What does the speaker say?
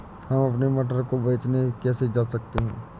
हम अपने मटर को बेचने कैसे जा सकते हैं?